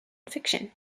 fiction